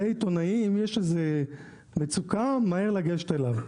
זה עיתונאי, אם יש איזו מצוקה מהר לגשת אליו.